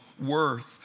worth